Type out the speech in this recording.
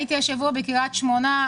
הייתי השבוע בקרית שמונה,